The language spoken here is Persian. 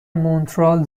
مونترال